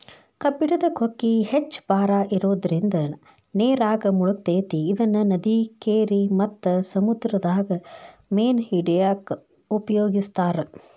ಕಬ್ಬಣದ ಕೊಕ್ಕಿ ಹೆಚ್ಚ್ ಭಾರ ಇರೋದ್ರಿಂದ ನೇರಾಗ ಮುಳಗತೆತಿ ಇದನ್ನ ನದಿ, ಕೆರಿ ಮತ್ತ ಸಮುದ್ರದಾಗ ಮೇನ ಹಿಡ್ಯಾಕ ಉಪಯೋಗಿಸ್ತಾರ